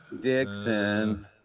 Dixon